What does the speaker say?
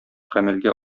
гамәлгә